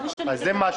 זה לא תקנון.